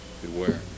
beware